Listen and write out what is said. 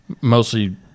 Mostly